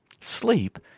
Sleep